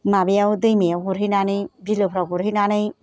माबायाव दैमायाव गुरहैनानै बिलोफ्राव गुरहैनानै